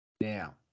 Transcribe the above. Now